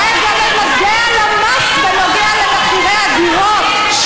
הרי גם מדדי הלמ"ס בנוגע למחירי הדירות,